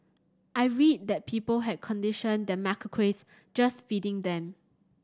I read that people had conditioned the macaques just feeding them